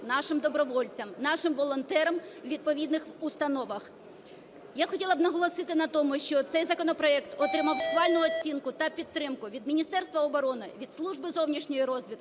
нашим добровольцям, нашим волонтерам у відповідних установах. Я хотіла б наголосити на тому, що цей законопроект отримав схвальну оцінку та підтримку від Міністерства оборони, від Служби зовнішньої розвідки,